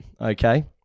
okay